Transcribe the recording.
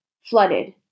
flooded